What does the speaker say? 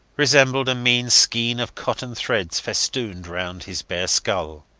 resembled a mean skein of cotton threads festooned round his bare skull.